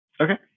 okay